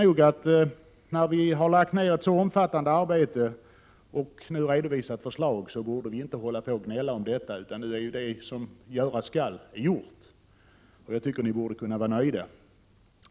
Så när vi har lagt ned ett så omfattande arbete och nu redovisat ett förslag borde det inte bli något gnäll, för det som göras skall är gjort. Jag tycker att vi borde kunna vara nöjda.